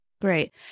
Great